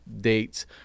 dates